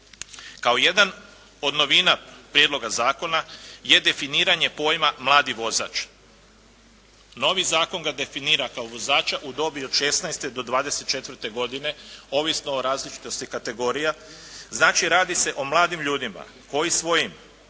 Kao jedan od novina prijedloga zakona je definiranje pojma "mladi vozač". Novi zakon ga definira kao vozača u dobi od 16. do 24. godine, ovisno o različitosti kategorija. Znači radi se o mladim ljudima koji svojim